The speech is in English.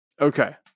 Okay